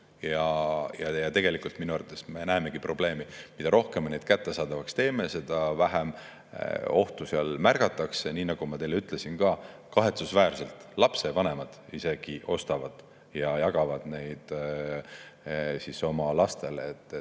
Ja tegelikult minu arvates me näemegi probleemi: mida rohkem me neid kättesaadavaks teeme, seda vähem ohtu seal märgatakse. Nii nagu ma teile ütlesin ka, kahetsusväärselt isegi lapsevanemad ostavad ja jagavad neid oma lastele,